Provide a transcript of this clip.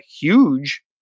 huge